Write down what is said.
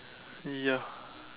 ya